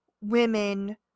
women